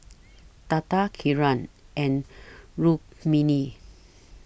Tata Kiran and Rukmini